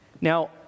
Now